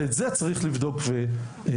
ואת זה צריך לבדוק ולעסוק,